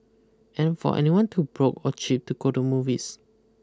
and for anyone too broke or cheap to go to movies